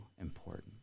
important